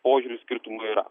požiūrių skirtumų yra